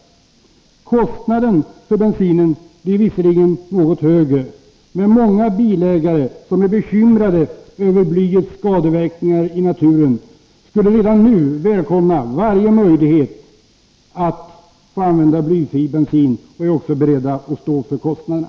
Kostnaden för bensinen blir visserligen något högre, men många bilägare som är bekymrade över blyets skadeverkningar i naturen skulle redan nu välkomna varje möjlighet att få använda blyfri bensin och är beredda att stå för kostnaderna.